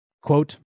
Quote